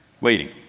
waiting